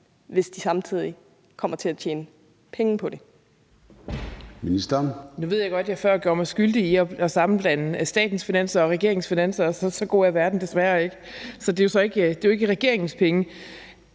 hvis de samtidig kommer til at tjene penge på det?